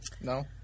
No